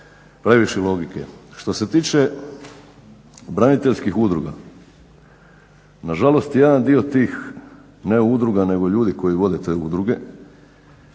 previše logike. Što se tiče braniteljskih udruga, nažalost jedan dio tih ne udruga nego ljudi koji vode te udruge